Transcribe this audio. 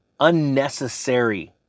unnecessary